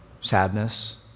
sadness